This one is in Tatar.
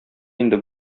инде